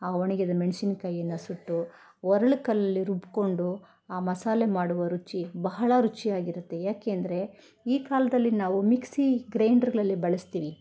ಆ ಒಣಗಿದ ಮೆಣಸಿನ್ಕಾಯಿಯನ್ನ ಸುಟ್ಟು ಒರಳು ಕಲ್ಲಲ್ಲಿ ರುಬ್ಕೊಂಡು ಆ ಮಸಾಲೆ ಮಾಡುವ ರುಚಿ ಬಹಳ ರುಚಿಯಾಗಿರುತ್ತೆ ಯಾಕೆ ಅಂದರೆ ಈ ಕಾಲದಲ್ಲಿ ನಾವು ಮಿಕ್ಸಿ ಗ್ರೈಂಡ್ರ್ಗಳಲ್ಲಿ ಬಳಸ್ತಿವಿ